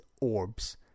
orbs